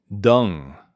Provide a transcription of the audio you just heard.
dung